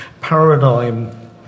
paradigm